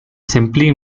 simply